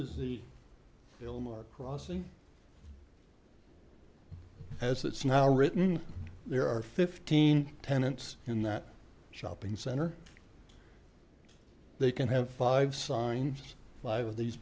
is the film our crossing has it's now written there are fifteen tenants in that shopping center they can have five signs five of these